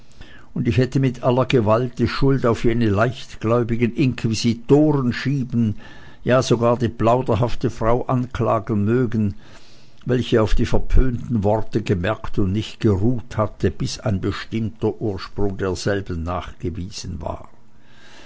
und ich hätte mit aller gewalt die schuld auf jene leichtgläubigen inquisitoren schieben ja sogar die plauderhafte frau anklagen mögen welche auf die verpönten worte gemerkt und nicht geruht hatte bis ein bestimmter ursprung derselben nachgewiesen war